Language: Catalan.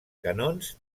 canons